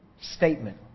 statement